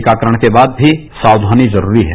टीकाकरण के बाद भी साक्षानी जरूरी है